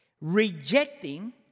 rejecting